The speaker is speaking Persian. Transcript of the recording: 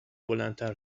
بلندتر